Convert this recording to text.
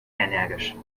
energisch